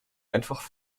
einfach